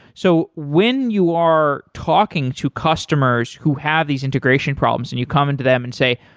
so when you are talking to customers who have these integration problems and you come in to them and say,